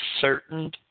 certain